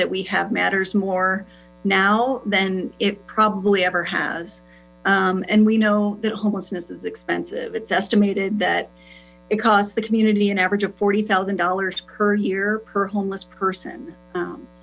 that we have matters more now than it probably ever has and we know that homelessness is expensive it's estimated that it costs the community an average of forty thousand dollars per year per homeless person